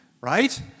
right